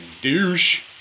douche